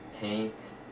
paint